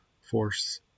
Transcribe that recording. force